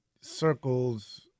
circles